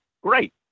great